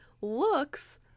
looks